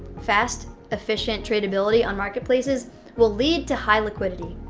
fast, efficient tradeability on marketplaces will lead to high liquidity.